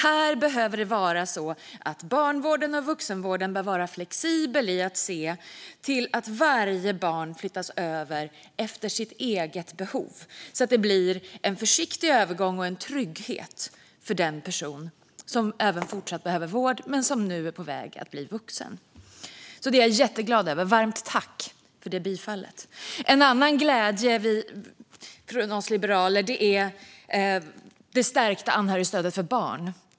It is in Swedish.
Här behöver barnvården och vuxenvården vara flexibel och se till att varje barn flyttas över efter sitt eget behov så att det blir en försiktig övergång och en trygghet för den person som även i fortsättningen behöver vård men som nu är på väg att bli vuxen. Varmt tack för att förslaget kommer att bifallas. En annan glädje hos oss liberaler gäller det stärkta anhörigstödet för barn.